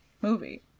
movie